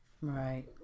Right